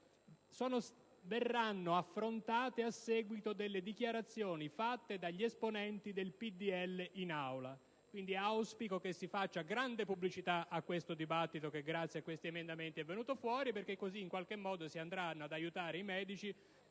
verranno affrontate a seguito delle dichiarazioni rese dagli esponenti del PdL in Aula. Auspico quindi che si faccia grande pubblicità a questo dibattito che, grazie a detti emendamenti, è venuto fuori, perché in qualche modo si andranno ad aiutare i medici